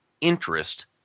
interest